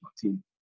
team